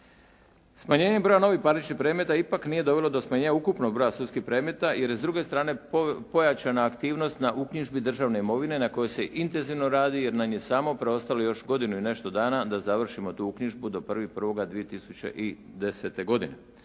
Smanjenje broja novih parničnih predmeta ipak nije dovelo do smanjenja ukupnog broja sudskih predmeta jer se s druge strane pojačana aktivnost na uknjižbi državne imovine na kojoj se intenzivno radi jer nam je samo preostalo još godinu i nešto dana da završimo tu uknjižbu do 1.1.2010. godine.